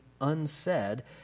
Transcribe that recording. unsaid